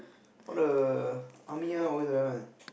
all the army one always like that one